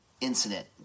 incident